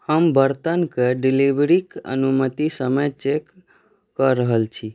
हम बर्तन कऽ डिलीवरी क अनुमानित समय चेक कऽ रहल छी